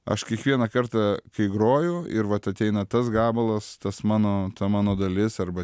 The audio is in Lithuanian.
aš kiekvieną kartą kai groju ir vat ateina tas gabalas tas mano ta mano dalis arba